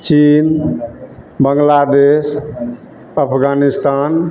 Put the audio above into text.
चीन बङ्गलादेश अफगानिस्तान